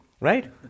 Right